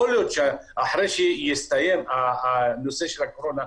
יכול להיות שאחרי שהסתיים הנושא של הקורונה,